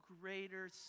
greater